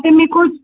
उधर मेको